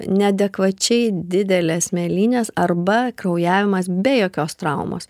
neadekvačiai didelės mėlynės arba kraujavimas be jokios traumos